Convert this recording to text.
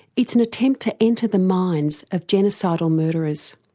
it's an attempt to enter the minds of genocidal murderers.